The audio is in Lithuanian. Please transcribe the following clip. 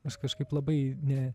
aš kažkaip labai ne